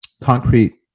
concrete